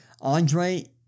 Andre